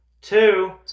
two